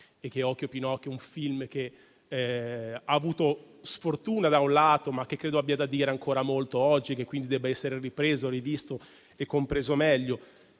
e che "OcchioPinocchio" è un film che ha avuto sfortuna da un lato, ma che credo oggi abbia ancora molto da dire e che quindi debba essere ripreso, rivisto e compreso meglio.